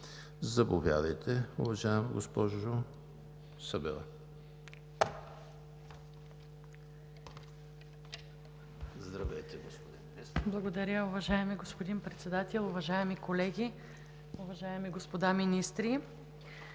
Заповядайте, уважаема госпожо Събева.